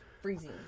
freezing